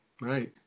right